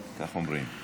כן, כך אומרים.